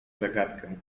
zagadkę